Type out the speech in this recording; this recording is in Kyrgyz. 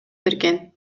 берген